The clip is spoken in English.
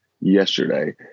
yesterday